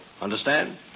Understand